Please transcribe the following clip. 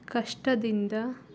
ಕಷ್ಟದಿಂದ